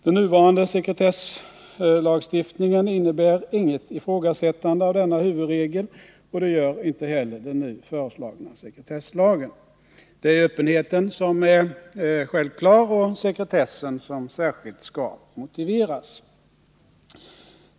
Den nuvarande sekretesslagstiftningen innebär inget ifrågasättande av denna huvudregel, och det gör heller inte den nu föreslagna sekretesslagen. Det är öppenheten som är självklar och sekretessen som särskilt skall motiveras.